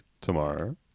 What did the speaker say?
tomorrow